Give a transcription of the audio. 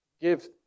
Give